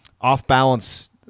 off-balance